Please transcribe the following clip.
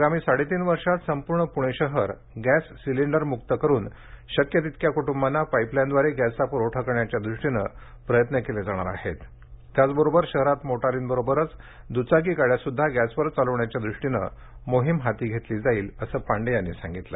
आगामी साडेतीन वर्षात संपूर्ण पूणे शहर गॅस सिलिंडर मुक्त करून शक्य तेवढ्या कुटुंबाना पाईपलाईनद्वारे गॅस चा पुरवठा करण्याच्या दृष्टीनं प्रयत्न केले जाणार आहेत त्याचबरोबर शहरात मोटारींबरोबरच द्चाकी गाड्या सुद्धा गॅसवर चालवण्याच्या द्रष्टीनं मोहीम हाती घेतली जाणार आहे असं पांडे यांनी सांगितलं